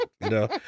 No